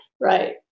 right